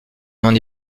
n’en